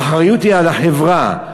האחריות היא על החברה,